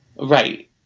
Right